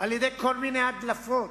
על-ידי כל מיני הדלפות.